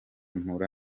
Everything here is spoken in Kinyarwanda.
mpura